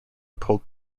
pulled